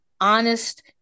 honest